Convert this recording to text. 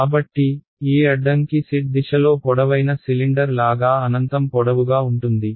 కాబట్టి ఈ అడ్డంకి z దిశలో పొడవైన సిలిండర్ లాగా అనంతం పొడవుగా ఉంటుంది